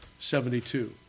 72